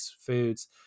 foods